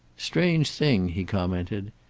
strange thing, he commented.